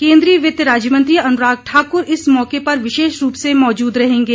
केन्द्रीय वित्त राज्य मंत्री अनुराग ठाकूर इस मौक पर विशेष रूप से मौजूद रहेंगे